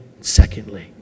secondly